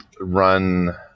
run